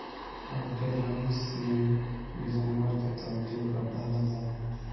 अबके धनुष में भी जानवर के तंतु क डालल जाला